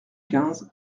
quinze